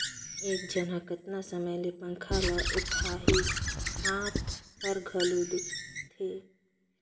एक झन ह कतना समय ले पंखा ल ओटही, हात हर घलो दुखते